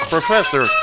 Professor